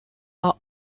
are